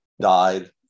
died